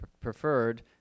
preferred